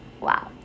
wow